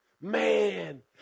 Man